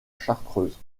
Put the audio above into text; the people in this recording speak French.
chartreuse